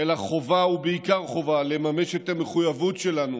אלא חובה, בעיקר חובה, לממש את המחויבות שלנו